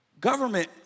government